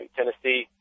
Tennessee